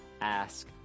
ask